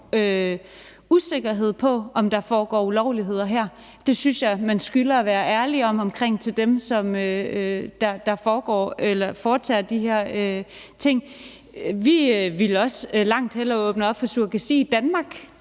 usikkerhed om, om der foregår ulovligheder her. Det synes jeg man skylder at være ærlig om over for dem, der foretager de her ting. Vi ville også langt hellere åbne op for surrogasi i Danmark,